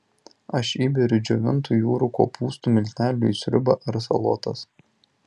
aš įberiu džiovintų jūrų kopūstų miltelių į sriubą ar salotas